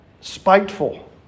spiteful